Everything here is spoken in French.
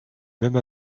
même